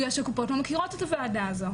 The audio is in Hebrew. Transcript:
בגלל שהקופות לא מכירות את הוועדה הזאת.